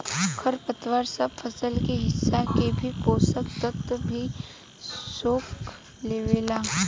खर पतवार सब फसल के हिस्सा के भी पोषक तत्व भी सोख लेवेला